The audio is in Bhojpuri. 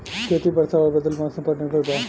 खेती वर्षा और बदलत मौसम पर निर्भर बा